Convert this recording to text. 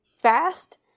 fast